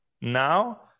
now